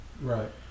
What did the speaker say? Right